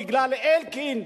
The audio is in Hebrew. בגלל אלקין,